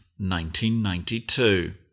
1992